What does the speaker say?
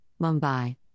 Mumbai